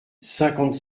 cinquante